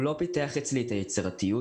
הוא לא פיתח אצלי את היצירתיות,